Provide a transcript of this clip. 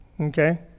Okay